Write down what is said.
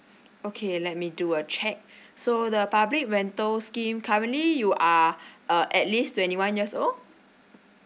okay let me do a check so the public rental scheme currently you are uh at least twenty one years old